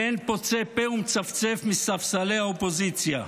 ואין פוצה פה ומצפצף מספסלי האופוזיציה.